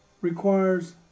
requires